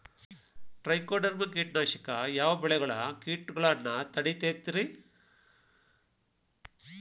Trichoderma ಕೇಟನಾಶಕ ಯಾವ ಬೆಳಿಗೊಳ ಕೇಟಗೊಳ್ನ ತಡಿತೇತಿರಿ?